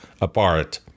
apart